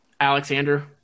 Alexander